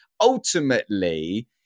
ultimately